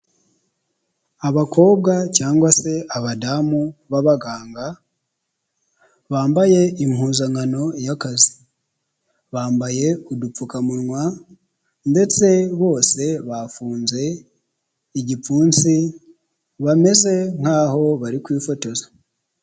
Abakobwa cyangwa se abadamu b'abaganga bambaye impuzankano y'akazi bambaye udupfukamunwa ndetse bose bafunze igipfunsi bameze nk'aho bari kwifotoza.